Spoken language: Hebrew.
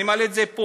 אני מעלה את זה פה.